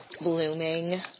blooming